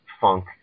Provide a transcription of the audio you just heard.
funk